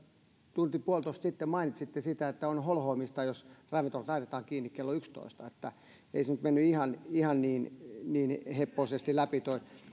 tunti puolitoista sitten kyllä mainitsitte siitä että on holhoamista jos ravintolat laitetaan kiinni kello yksitoista eli ei se nyt mennyt ihan ihan niin niin heppoisesti läpi